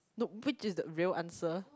nope which is the real answer